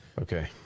Okay